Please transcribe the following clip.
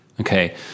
Okay